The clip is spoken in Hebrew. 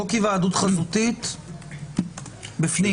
חוק היוועדות חזותית בפנים.